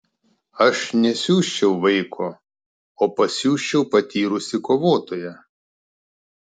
aš nesiųsčiau vaiko o pasiųsčiau patyrusį kovotoją